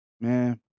Man